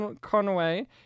Conway